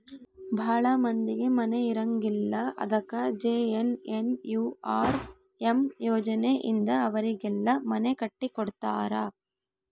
ಭಾಳ ಮಂದಿಗೆ ಮನೆ ಇರಂಗಿಲ್ಲ ಅದಕ ಜೆ.ಎನ್.ಎನ್.ಯು.ಆರ್.ಎಮ್ ಯೋಜನೆ ಇಂದ ಅವರಿಗೆಲ್ಲ ಮನೆ ಕಟ್ಟಿ ಕೊಡ್ತಾರ